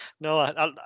No